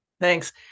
thanks